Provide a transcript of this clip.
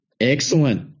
Excellent